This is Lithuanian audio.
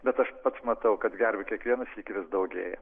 bet aš pats matau kad gervių kiekvieną sykį vis daugėja